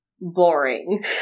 boring